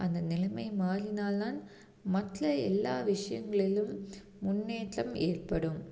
அந்த நிலைமை மாறினால் தான் மற்ற எல்லா விஷயங்களிலும் முன்னேற்றம் ஏற்படும்